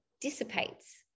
dissipates